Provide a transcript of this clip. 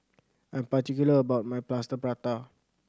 I'm particular about my Plaster Prata